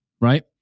right